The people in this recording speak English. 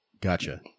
Gotcha